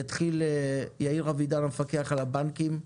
יתחיל יאיר אבידן המפקח על הבנקים,